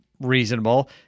reasonable